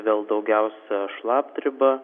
vėl daugiausia šlapdriba